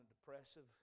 depressive